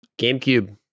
GameCube